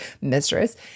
mistress